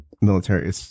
military